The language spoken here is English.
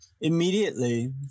immediately